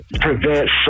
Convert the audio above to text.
prevent